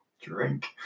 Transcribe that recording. Drink